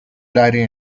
dairy